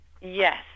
yes